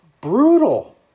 brutal